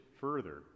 further